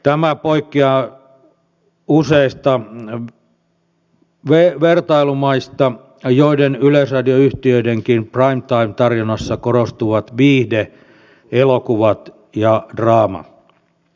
tämä poikkeaa useista vertailumaista joiden yleisradioyhtiöidenkin prime time tarjonnassa korostuvat viihde elokuvat ja draama